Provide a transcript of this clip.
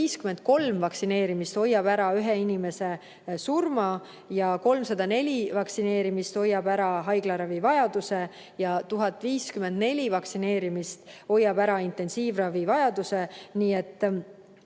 153 vaktsineerimist hoiab ära ühe inimese surma ja 304 vaktsineerimist hoiab ära haiglaravivajaduse ja 1054 vaktsineerimist hoiab ära intensiivravivajaduse.